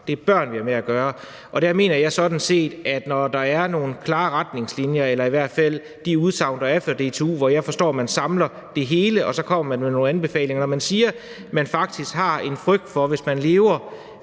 det er jo børn, vi har med at gøre. Det er børn, vi har med at gøre. Der er nogle klare retningslinjer, eller der er i hvert fald de udsagn, der er kommet fra DTU, hvor jeg forstår, at man samler det hele og kommer med nogle anbefalinger, og hvor man siger, at man faktisk har en frygt for, at det, hvis man lever